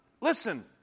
Listen